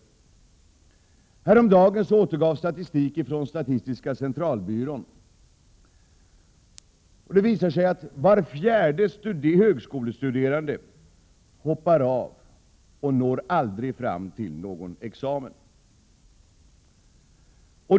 Häromdagen återgavs statistik från statistiska centralbyrån. Denna statistik visar att var fjärde högskolestuderande hoppar av utbildningen och aldrig når fram till någon examen.